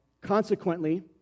Consequently